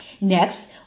Next